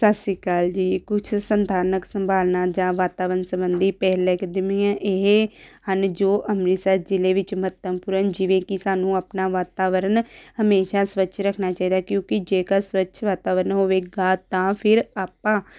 ਸਤਿ ਸ਼੍ਰੀ ਅਕਾਲ ਜੀ ਕੁਛ ਸਥਾਨਕ ਸੰਭਾਵਨਾ ਜਾਂ ਵਾਤਾਵਰਨ ਸਬੰਧੀ ਪਹਿਲਕਦਮੀਆਂ ਇਹ ਹਨ ਜੋ ਅੰਮ੍ਰਿਤਸਰ ਜ਼ਿਲ੍ਹੇ ਵਿੱਚ ਮਹੱਤਵਪੂਰਨ ਜਿਵੇਂ ਕਿ ਸਾਨੂੰ ਆਪਣਾ ਵਾਤਾਵਰਨ ਹਮੇਸ਼ਾ ਸਵੱਛ ਰੱਖਣਾ ਚਾਹੀਦਾ ਕਿਉਂਕਿ ਜੇਕਰ ਸਵੱਛ ਵਾਤਾਵਰਨ ਹੋਵੇਗਾ ਤਾਂ ਫਿਰ ਆਪਾਂ